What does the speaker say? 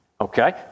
Okay